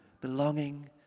belonging